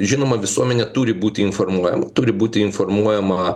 žinoma visuomenė turi būti informuojama turi būti informuojama